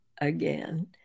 Again